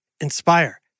Inspire